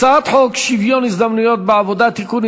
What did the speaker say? הצעת חוק שוויון ההזדמנויות בעבודה (תיקון,